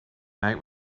night